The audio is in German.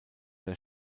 der